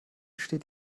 steht